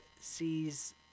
sees